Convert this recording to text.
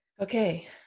Okay